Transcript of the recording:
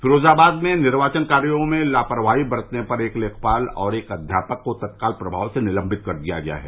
फिरोजाबाद में निर्वाचन कार्यो में लापरवाही बरतने पर एक लेखपाल और एक अध्यापक को तत्काल प्रभाव से निलंबित किया गया है